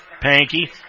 Panky